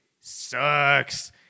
sucks